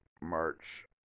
March